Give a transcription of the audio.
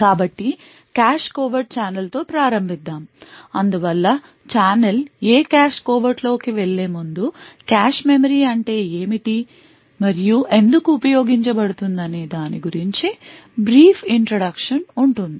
కాబట్టి cache covert channel తో ప్రారంభిద్దాం అందువల్ల ఛానెల్ ఏ కాష్ కోవర్టులోకి వెళ్లేముందు కాష్ మెమరీ అంటే ఏమిటి మరియు ఎందుకు ఉపయోగించబడుతుందనే దాని గురించి బ్రీఫ్ ఇంట్రడక్షన్ ఉంటుంది